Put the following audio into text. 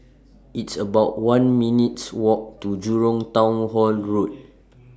It's about one minutes' Walk to Jurong Town Hall Road